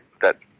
that.